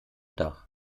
dach